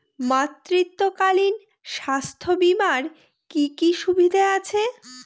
মাতৃত্বকালীন স্বাস্থ্য বীমার কি কি সুবিধে আছে?